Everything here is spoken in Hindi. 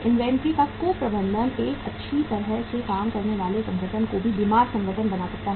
इन्वेंट्री का कुप्रबंधन एक अच्छी तरह से काम करने वाले संगठन को एक बीमार संगठन बना सकता है